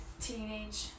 teenage